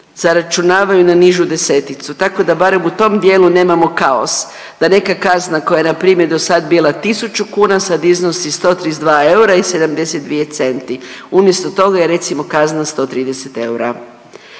zaračunavaju na nižu deseticu tako da barem u tom dijelu nemamo kaos da neka kazna koja je npr. dosad bila 1.000 kuna sad iznosi 132 eura i 72 centi, umjesto toga je recimo kazna 130 eura.